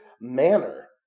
manner